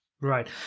Right